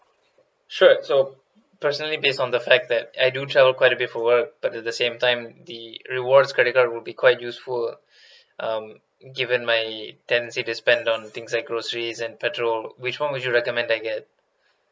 sure so personally based on the fact that I do travel quite a bit for work but at the same time the rewards credit card would be quite useful um given my tendency spend on things like groceries and petrol which one would you recommend I get